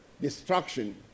Destruction